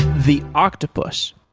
the octopus,